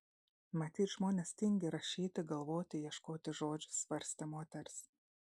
matyt žmonės tingi rašyti galvoti ieškoti žodžių svarstė moteris